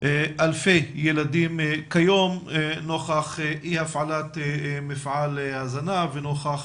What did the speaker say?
אלפי ילדים כיום נוכח אי הפעלת מפעל ההזנה ונוכח